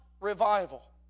revival